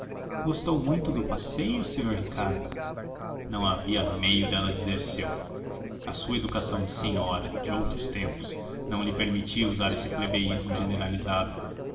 gostou muito do passeio senhor ricardo não havia meio dela dizer seu a sua educação de senhora de outros tempos não lhe permitia usar esse plebeísmo generalizado